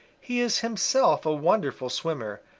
he is himself a wonderful swimmer,